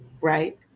right